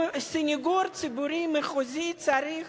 סניגור ציבורי מחוזי צריך